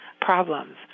problems